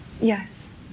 Yes